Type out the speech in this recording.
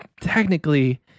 technically